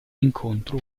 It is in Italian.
incontro